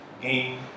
game